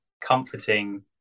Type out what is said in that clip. comforting